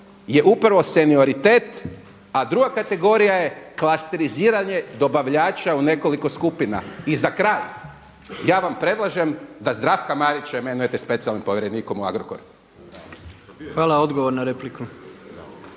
je upravo senioritet, a druga kategorija je klasteriziranje dobavljača u nekoliko skupina. I za kraj, ja vam predlažem da Zdravka Marića imenujete specijalnim povjerenikom u Agrokoru. **Jandroković,